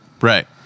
Right